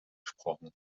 gesprochen